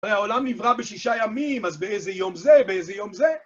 הרי העולם נברא בשישה ימים, אז באיזה יום זה? באיזה יום זה?